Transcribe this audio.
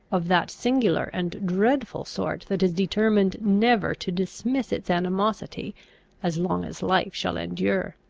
of that singular and dreadful sort that is determined never to dismiss its animosity as long as life shall endure.